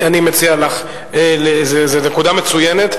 זו נקודה מצוינת,